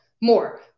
more